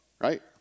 right